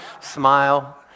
smile